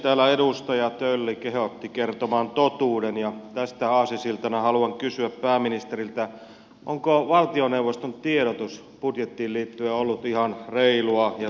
täällä edustaja tölli kehotti kertomaan totuuden ja tästä aasinsiltana haluan kysyä pääministeriltä onko valtioneuvoston tiedotus budjettiin liittyen ollut ihan reilua ja totuudenmukaista